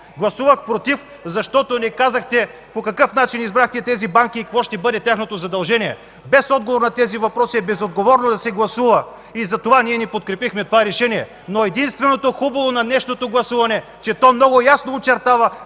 Гласувах „против”, защото не казахте по какъв начин избрахте тези банки и какво ще бъде тяхното задължение. Без отговор на тези въпроси е безотговорно да се гласува. Затова ние не подкрепихме това решение. Но единственото хубаво на днешното гласуване е, че то много ясно очертава